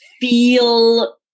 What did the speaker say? feel